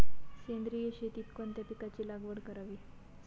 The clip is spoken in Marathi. सेंद्रिय शेतीत कोणत्या पिकाची लागवड करावी?